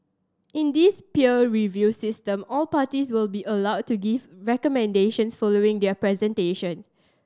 in this peer review system all parties will be allowed to give recommendations following their presentation